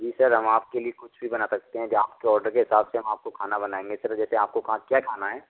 जी sir हम आपके लिए कुछ भी बना सकते है जो आपके ऑडर के हिसाब से हम आपको खाना बनाएँगे जैसे आपको क्या खाना है